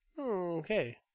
Okay